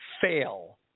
Fail